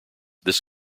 this